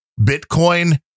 Bitcoin